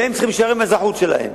והם צריכים להישאר עם האזרחות שלהם,